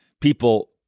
people